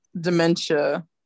dementia